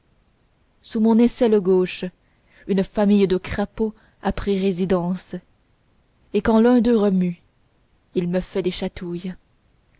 sous mon aisselle gauche une famille de crapauds a pris résidence et quand l'un d'eux remue il me fait des chatouilles